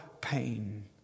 pain